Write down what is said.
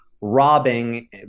robbing